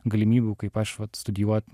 galimybių kaip aš vat studijuot